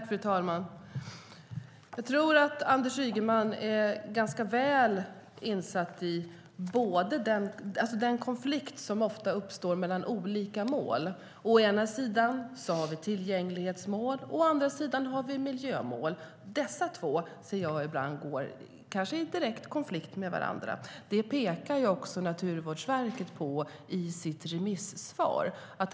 Fru talman! Jag tror att Anders Ygeman är ganska väl insatt i den konflikt som ofta uppstår mellan olika mål. Å ena sidan har vi tillgänglighetsmål, å andra sidan har vi miljömål. Dessa står ibland i direkt konflikt med varandra. Det pekar också Naturvårdsverket på i sitt remissvar.